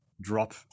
drop